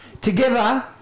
Together